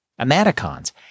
Amaticons